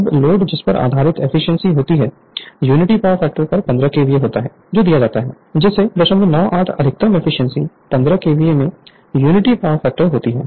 अब लोड जिस पर अधिकतम एफिशिएंसी होती है यूनिटी पावर फैक्टर पर 15 केवीए होता है जो दिया जाता है जिससे 098 अधिकतम एफिशिएंसी 15 केवीए में यूनिटी पावर फैक्टर होती है